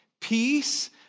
peace